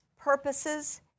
purposes